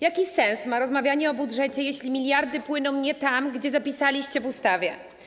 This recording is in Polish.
Jaki sens ma rozmawianie o budżecie, jeśli miliardy płyną nie tam, gdzie zapisaliście w ustawie?